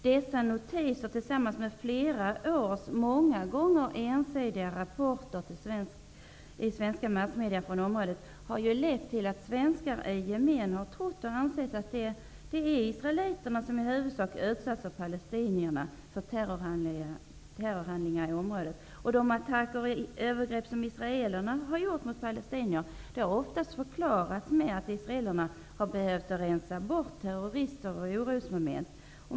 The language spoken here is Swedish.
Dessa notiser tillsammans med flera års många gånger ensidiga rapporter i svenska massmedier från området har lett till att svenskar i gemen har trott att det i huvudsak är israelerna som är utsatta för palestiniernas terrorhandlingar i området. De övergrepp som israelerna har begått mot palestinier har oftast förklarats med att israelerna har behövt rensa bort terrorister och orosmoment.